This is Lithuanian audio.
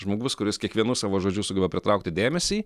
žmogus kuris kiekvienu savo žodžiu sugeba pritraukti dėmesį